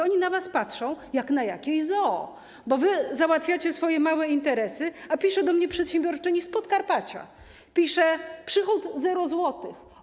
Oni na was patrzą jak na jakieś zoo, bo wy załatwiacie swoje małe interesy, a pisze do mnie przedsiębiorczyni z Podkarpacia tak: przychód - 0 zł.